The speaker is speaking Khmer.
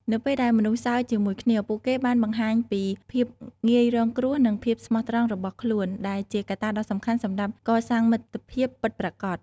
នៅពេលដែលមនុស្សសើចជាមួយគ្នា ពួកគេបានបង្ហាញពីភាពងាយរងគ្រោះនិងភាពស្មោះត្រង់របស់ខ្លួន ដែលជាកត្តាដ៏សំខាន់សម្រាប់កសាងមិត្តភាពពិតប្រាកដ។